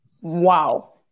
Wow